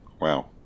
wow